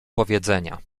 powiedzenia